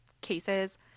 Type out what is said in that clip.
cases